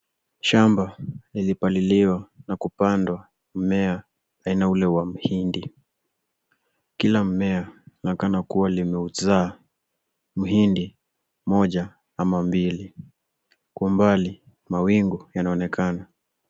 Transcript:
Shamba ilipaliliwa na kupandwa mmea tena ule wa mhindi. Kila mmea unaonekana kuwa lina uzao, muhindi moja ama mbili. Kwa mbali mawingu yanaonekana.